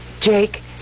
Jake